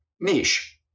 niche